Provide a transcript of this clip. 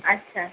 আচ্ছা